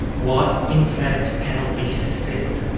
what in fact cannot be said.